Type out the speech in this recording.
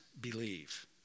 believe